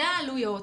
אלה העלויות,